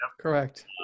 Correct